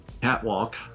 catwalk